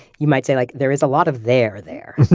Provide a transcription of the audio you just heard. you might say like there is a lot of there, there.